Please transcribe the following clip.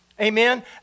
Amen